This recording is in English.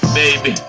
baby